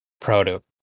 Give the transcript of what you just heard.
product